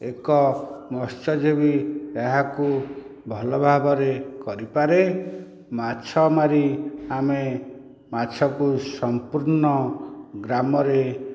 ଏକ ମତ୍ସ୍ୟଜୀବି ଏହାକୁ ଭଲ ଭାବରେ କରିପାରେ ମାଛମାରି ଆମେ ମାଛକୁ ସମ୍ପୂର୍ଣ୍ଣ ଗ୍ରାମରେ